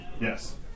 Yes